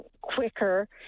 quicker